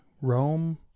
Rome